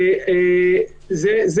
אנחנו